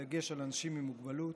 בדגש על אנשים עם מוגבלות,